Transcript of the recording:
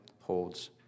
holds